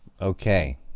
Okay